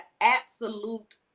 absolute